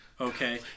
okay